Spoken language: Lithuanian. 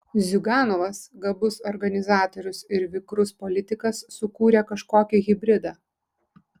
ziuganovas gabus organizatorius ir vikrus politikas sukūrė kažkokį hibridą